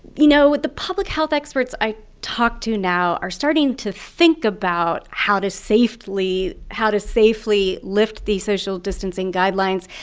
you know, but the public health experts i talk to now are starting to think about how to safely how to safely lift the social distancing guidelines,